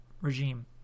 Regime